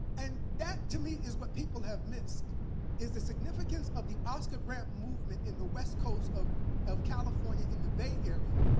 and that, to me, is what people have missed is the significance of the oscar grant movement in the west coast of of california in the bay area.